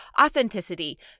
authenticity